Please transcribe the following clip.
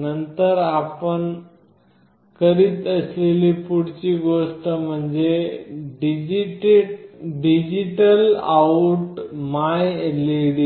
नंतर आपण करत असलेली पुढील गोष्ट म्हणजे DigitalOut myLED